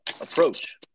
approach